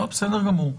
בסדר גמור.